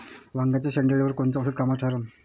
वांग्याच्या शेंडेअळीवर कोनचं औषध कामाचं ठरन?